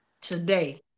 today